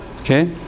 okay